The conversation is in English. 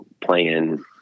playing